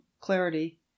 clarity